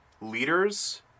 leaders